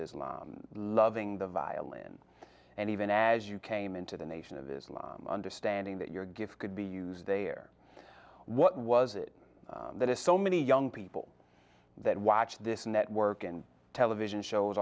islam loving the violin and even as you came into the nation of islam understanding that your gift could be used there what was it that is so many young people that watch this network and television shows